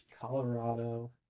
Colorado